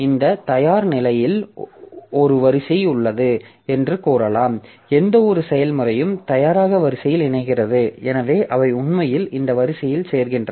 இந்த தயார் நிலையில் ஒரு வரிசை உள்ளது என்று கூறலாம் எந்தவொரு செயல்முறையும் தயாராக வரிசையில் இணைகிறது எனவே அவை உண்மையில் இந்த வரிசையில் சேர்கின்றன